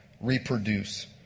reproduce